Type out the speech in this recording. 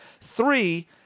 Three